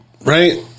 right